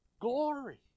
Glory